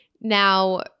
Now